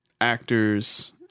actors